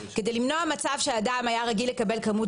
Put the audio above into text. כדי למנוע מצב שאדם היה רגיל לקבל כמות